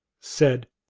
said,